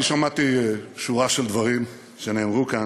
אני שמעתי שורה של דברים שנאמרו כאן,